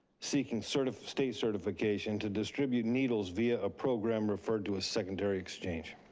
seeking sort of state certification to distribute needles via a program referred to as secondary exchange.